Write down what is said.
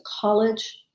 college